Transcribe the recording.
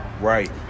right